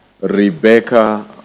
Rebecca